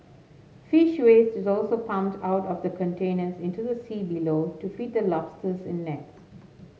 fish waste is also pumped out of the containers into the sea below to feed the lobsters in nets